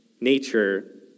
nature